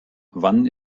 wann